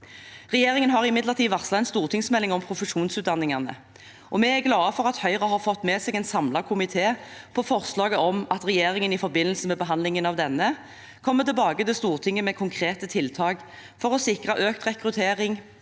Regjeringen har imidlertid varslet en stortingsmelding om profesjonsutdanningene. Vi er glad for at Høyre har fått med seg en samlet komité for forslaget om at regjeringen i forbindelse med behandlingen av denne kommer tilbake til Stortinget med konkrete tiltak for å sikre økt rekruttering,